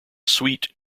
sweet